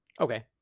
Okay